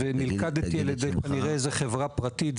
ונלכדתי על ידי חברה פרטית.